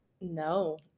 No